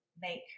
make